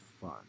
fun